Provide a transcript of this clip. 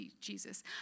Jesus